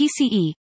PCE